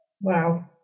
Wow